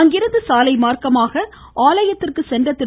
அங்கிருந்து சாலை மார்க்கமாக ஆலயத்திற்கு சென்ற திரு